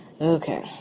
okay